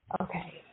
Okay